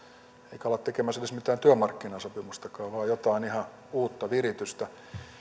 eikä olla tekemässä edes mitään työmarkkinasopimusta vaan jotain ihan uutta viritystä